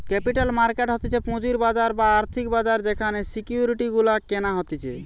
capital market হতিছে পুঁজির বাজার বা আর্থিক বাজার যেখানে সিকিউরিটি গুলা কেনা হতিছে